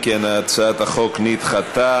אם כן, הצעת החוק נדחתה.